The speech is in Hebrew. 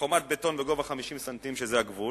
חומת בטון בגובה 50 ס"מ, שזה הגבול,